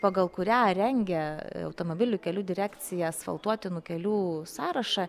pagal kurią rengia automobilių kelių direkcija asfaltuotinų kelių sąrašą